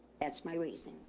that's my reasoning.